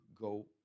Go